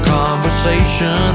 conversation